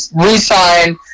re-sign